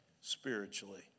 spiritually